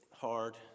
hard